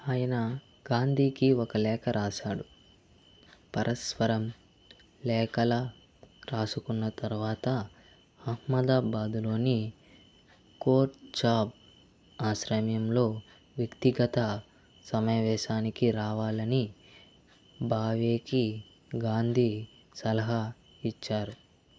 ఆయన గాంధీకి ఒక లేఖ రాసాడు పరస్పరం లేఖలు రాసుకున్న తరువాత అహ్మదాబాద్లోని కోచాబ్బ్ ఆశ్రమంలో వ్యక్తిగత సమావేశానికి రావాలని భావేకి గాంధీ సలహా ఇచ్చారు